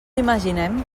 imaginem